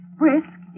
brisk